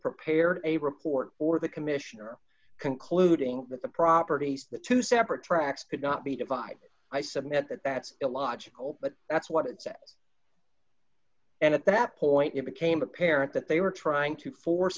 prepared a report for the commission or concluding that the properties that two separate tracks could not be devised i submit that that's illogical but that's what it said and at that point it became apparent that they were trying to force